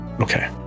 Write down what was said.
Okay